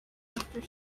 after